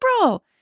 April